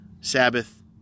Sabbath